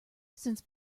since